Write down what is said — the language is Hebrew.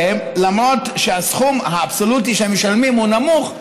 למרות שהסכום האבסולוטי שהם משלמים הוא נמוך,